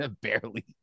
Barely